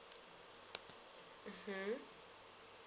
mmhmm